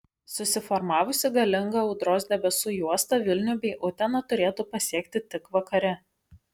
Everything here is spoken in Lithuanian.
susiformavusi galinga audros debesų juosta vilnių bei uteną turėtų pasiekti tik vakare